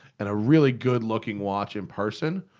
and a really good-looking watch in person.